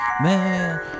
man